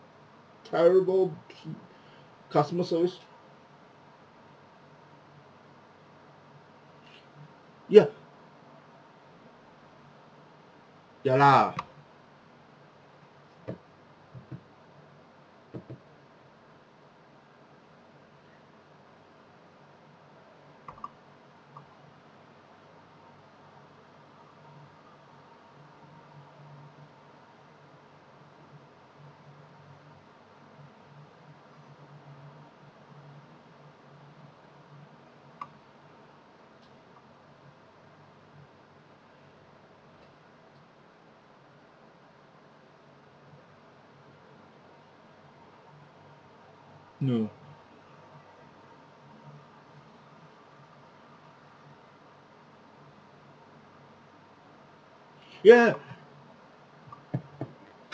terrible customer service ya ya lah no ya